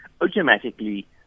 automatically